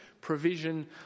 provision